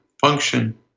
function